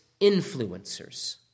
influencers